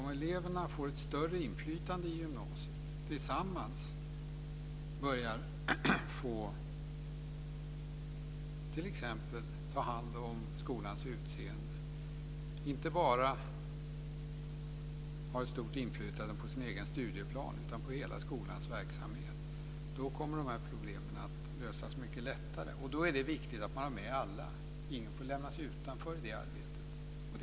Om eleverna får ett större inflytande i gymnasiet och tillsammans t.ex. får ta hand om skolans utseende - de ska inte bara ha ett stort inflytande på sin egen studieplan utan på hela skolans verksamhet - kommer de här problemen att lösas mycket lättare. Då är det viktigt att man har med alla. Ingen får lämnas utanför i det arbetet.